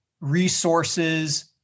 resources